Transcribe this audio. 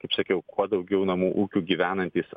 kaip sakiau kuo daugiau namų ūkių gyvenantys